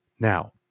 Now